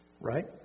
right